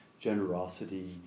generosity